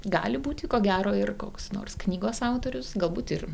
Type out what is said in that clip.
gali būti ko gero ir koks nors knygos autorius galbūt ir